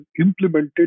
implemented